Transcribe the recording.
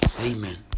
Amen